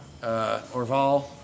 Orval